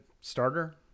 starter